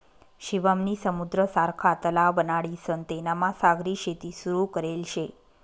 शिवम नी समुद्र सारखा तलाव बनाडीसन तेनामा सागरी शेती सुरू करेल शे